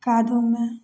कादोमे